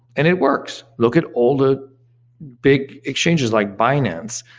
and it works. look at all the big exchanges like binance.